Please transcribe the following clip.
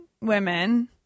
women